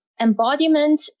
Embodiment